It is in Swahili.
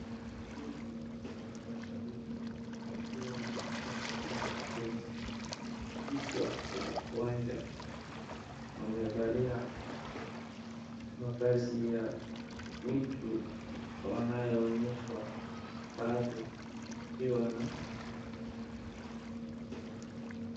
Kundi la mashabiki wakiwa wamejaa furaha kwenye jukwaa la uwanja. Wamevalia mavazi ya mitu wanaonyeshwa baadhi wakiwa na.